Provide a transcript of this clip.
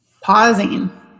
pausing